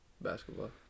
Basketball